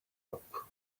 hop